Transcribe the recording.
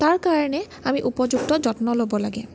তাৰকাৰণে আমি উপযুক্ত যত্ন ল'ব লাগে